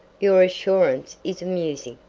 your assurance is amusing,